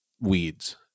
weeds